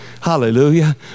Hallelujah